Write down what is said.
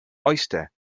oyster